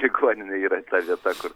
ligoninė yra ta vieta kur